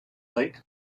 lake